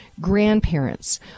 grandparents